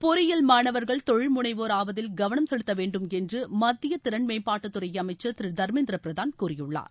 பொறியியல் மாணவர்கள் தொழில் முனைவோர் ஆவதில் கவனம் செலுத்த வேண்டும் என்று மத்திய திறள் மேம்பாட்டுத்துறை அமைச்சர் திரு தர்மேந்திர பிரதான் கூறியுள்ளார்